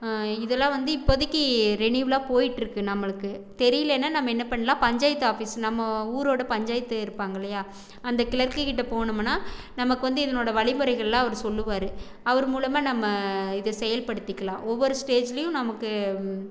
இதெல்லாம் வந்து இப்போதிக்கு ரெனீவல்லாக போய்கிட்ருக்கு நம்மளுக்கு தெரியலன்னா நம்ம என்ன பண்ணலாம் பஞ்சாயத்து ஆஃபிஸ் நம்ம ஊரோடய பஞ்சாயத்து இருப்பாங்கல்லையா அந்த க்ளெர்க்கிட்ட போனோம்ன்னா நமக்கு வந்து இதனோடய வழிமுறைகள்லாம் அவர் சொல்லுவார் அவர் மூலமாக நம்ம இதை செயல்படுத்திக்கிலாம் ஒவ்வொரு ஸ்டேஜ்லையும் நமக்கு